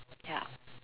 ya